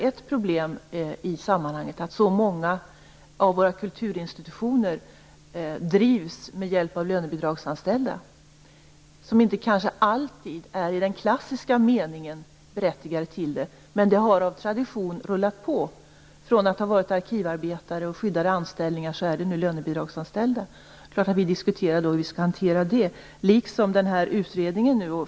Ett problem i sammanhanget är att så många av våra kulturinstitutioner drivs med hjälp av lönebidragsanställda som kanske inte alltid är i klassisk mening berättigade till det, men det har av tradition rullat på. Från att ha varit i arkivarbeten och skyddade anställningar har de nu blivit lönebidragsanställda. Det är klart att vi diskuterar hur vi skall hantera detta. Detsamma gäller också den pågående utredningen.